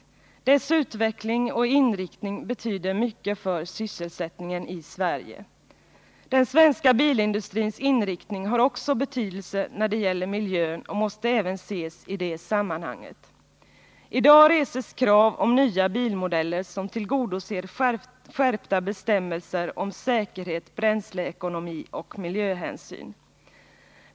Dess utveckling och inriktning betyder mycket för sysselsättningen i Sverige. Den svenska bilindustrins inriktning har också betydelse när det gäller miljön Nr 35 och måste även ses i det sammanhanget. Torsdagen den I dag reses krav på nya bilmodeller som tillgodoser skärpta bestämmelser 22 november 1979 om säkerhet, bränsleekonomi och miljöhänsyn.